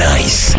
Nice